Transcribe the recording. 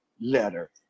letter